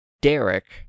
Derek